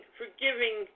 forgiving